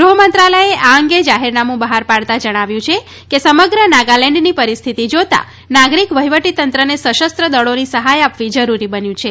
ગૃહ મંત્રાલયે આ અંગે જાહેરનામું બહાર પાડતા જણાવ્યું છે કે સમગ્ર નાગાલેન્ડની પરિસ્થિતિ જોતાં નાગરિક વહીવટીતંત્રને સશસ્ત્ર દળોની સહાય આપવી જરૂરી બન્યું છે